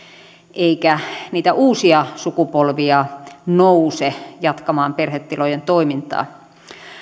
eikä niitä uusia sukupolvia nouse jatkamaan perhetilojen toimintaa